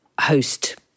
host